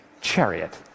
chariot